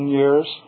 years